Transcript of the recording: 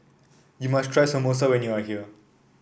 you must try Samosa when you are here